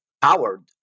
Powered